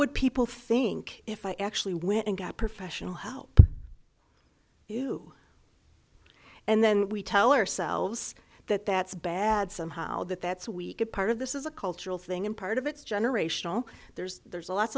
would people think if i actually went and got professional help you and then we tell ourselves that that's bad somehow that that sweet part of this is a cultural thing and part of it's generational there's there's a lots